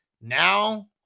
now